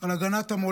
על הגנת המולדת,